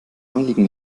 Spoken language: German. anliegen